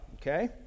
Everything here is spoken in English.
okay